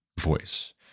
voice